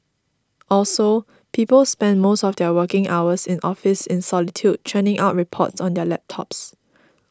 also people spend most of their working hours in office in solitude churning out reports on their laptops